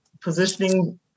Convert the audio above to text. positioning